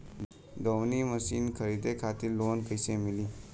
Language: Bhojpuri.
दऊनी मशीन खरीदे खातिर लोन कइसे मिली?